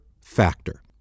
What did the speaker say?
Factor